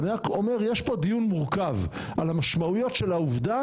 אני רק אומר: יש פה דיון מורכב על המשמעויות של העובדה